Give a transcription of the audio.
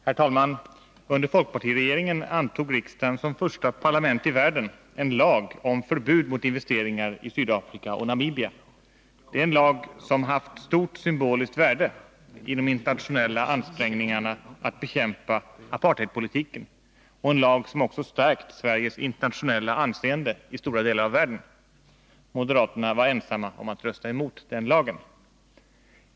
Herr talman! Under folkpartiregeringens tid antog riksdagen som första parlament i världen en lag om förbud mot investeringar i Sydafrika och Namibia. Det är en lag som haft stort symboliskt värde vid de internationella ansträngningarna att bekämpa apartheidpolitiken. Det är en lag som också har stärkt Sveriges internationella anseende i stora delar av världen. Moderaterna var ensamma om att rösta emot den lagen.